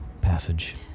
passage